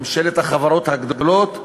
ממשלת החברות הגדולות,